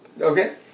Okay